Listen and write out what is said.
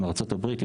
עם ארצות הברית,